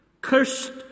Cursed